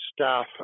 staff